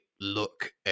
look